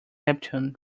neptune